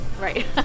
Right